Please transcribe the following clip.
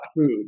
food